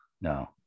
No